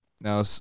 Now